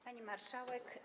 Pani Marszałek!